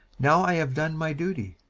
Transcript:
now i have done my duty.